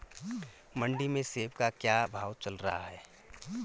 मंडी में सेब का क्या भाव चल रहा है?